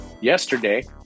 yesterday